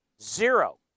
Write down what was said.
Zero